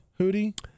Hootie